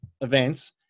events